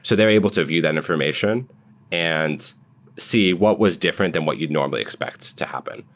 so they're able to view that information and see what was different than what you'd normally expect to happen.